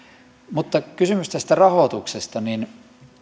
mutta kysymys tästä rahoituksesta